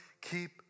Keep